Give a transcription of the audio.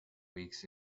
weeks